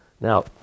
Now